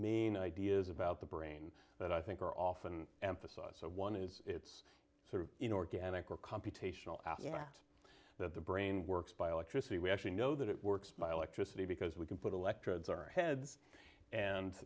main ideas about the brain that i think are often emphasized so one is it's sort of inorganic or computational after you know that the brain works by electricity we actually know that it works by electricity because we can put electrodes our heads